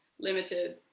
limited